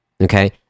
okay